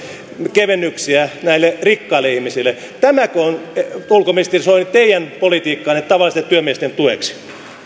kevennyksiä näille rikkaille ihmisille tämäkö on ulkoministeri soini teidän politiikkaanne tavallisten työmiesten tueksi